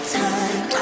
time